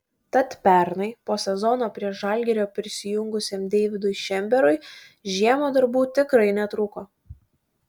tad pernai po sezono prie žalgirio prisijungusiam deividui šemberui žiemą darbų tikrai netrūko